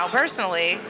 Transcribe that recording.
personally